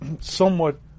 somewhat